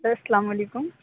سر السّلام علیکم